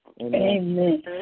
Amen